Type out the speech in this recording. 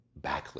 backlit